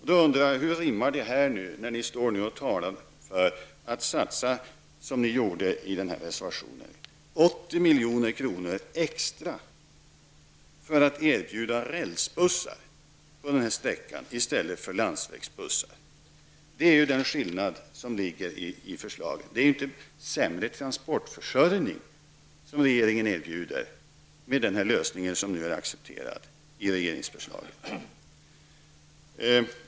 Hur rimmar det med att, som ni gjorde i reservationen om inlandsbanan, satsa 80 milj.kr. extra för att erbjuda rälsbussar på den här sträckan i stället för landsvägsbussar? Det är ju skillnaden mellan förslagen. Det är ju inte sämre transportförsörjning som regeringen erbjuder med den lösning som nu har accepterats i regeringsförslaget.